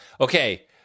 okay